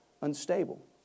unstable